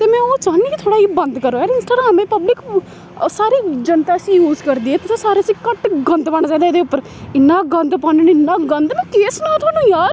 ते में ओह् चाह्न्नी कि थोह्ड़ा एह् बंद करो इंस्टाग्राम पब्लिक सारी जनता इसी यूज करदी ऐ ते सारे इसी घट्ट गंद पाने चाहिदा एह्दे उप्पर इन्ना गंद पान्ने इन्ना गंद में केह् सनां थुहानूं यार